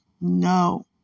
no